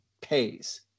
pays